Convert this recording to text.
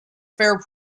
fair